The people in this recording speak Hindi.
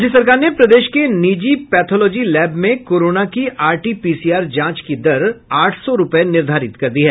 राज्य सरकार ने प्रदेश के निजी पैथोलॉजी लैब में कोरोना की आरटी पीसीआर जांच की दर आठ सौ रूपये निर्धारित कर दी है